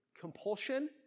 compulsion